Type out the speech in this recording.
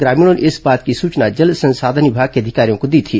ग्रामीणों ने इस बात की सूचना जल संसाधन विभाग के अधिकारियों को दी थी